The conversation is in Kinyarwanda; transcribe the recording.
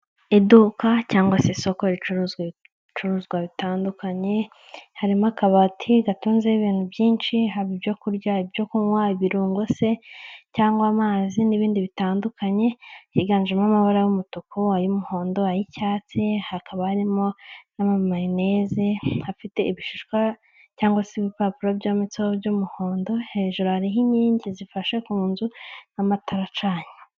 Iduka cyangwa se isoko ricuruza ibicuruzwa bitandukanye, harimo akabati gatonzeho ibintu byinshi haba ibyo kurya, ibyo kunywa, ibirungo se cyangwa amazi n'ibindi bitandukanye, higanjemo amabara y'umutuku, ay'umuhondo, ay'icyatsi, hakaba harimo n'amamayonezi afite ibishishwa cg se ibipapuro byometseho by'umuhondo, hejuru hariho inkingi zifashe ku nzu n'amatara acanye.